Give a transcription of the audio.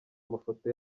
amafoto